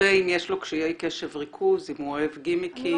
ואם יש לו קשיי קשב וריכוז, אם הוא אוהב גימיקים.